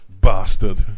Bastard